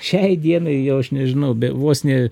šiai dienai jau aš nežinau be vos ne